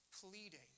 pleading